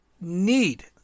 need